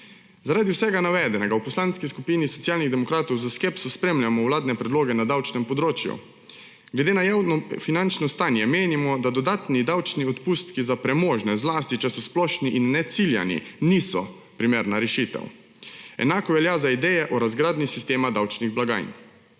Zaradi vsega navedenega v Poslanski skupini Socialnih demokratov s skepso spremljamo vladne predloge na davčnem področju. Glede na javnofinančno stanje menimo, da dodatni davčni odpustki za premožne, zlasti, če so splošni in neciljani, niso primerna rešitev. Enako velja za ideje o razgradnji sistema davčnih blagajn.